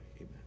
amen